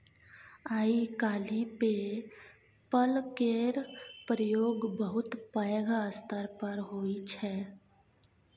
आइ काल्हि PayPal केर प्रयोग बहुत पैघ स्तर पर होइ छै